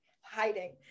hiding